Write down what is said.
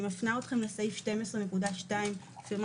אני מפנה אתכם לסעיף 12.2- -- אני